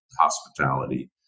hospitality